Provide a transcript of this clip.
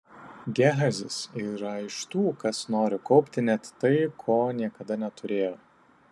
gehazis yra iš tų kas nori kaupti net tai ko niekada neturėjo